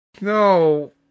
No